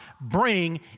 bring